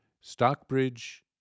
Stockbridge